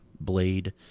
Blade